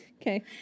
Okay